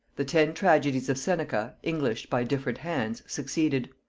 the ten tragedies of seneca, englished by different hands, succeeded.